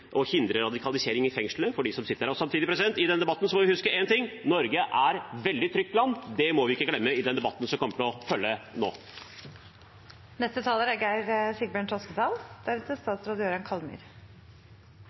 å hindre radikalisering i fengslene, for dem som sitter der. I denne debatten må vi huske én ting: Norge er et veldig trygt land. Det må vi ikke glemme i den debatten som kommer til å følge nå. Jeg har gleden av å skygge justis på vegne av Kristelig Folkeparti. Folk er